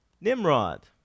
Nimrod